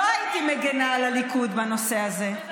לא הייתי מגינה על הליכוד בנושא הזה.